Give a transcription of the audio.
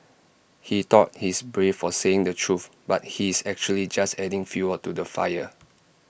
he thought he's brave for saying the truth but he's actually just adding fuel to the fire